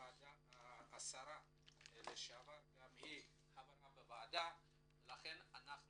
השרה ל שעבר גם היא חברה בוועדה ולכן אנחנו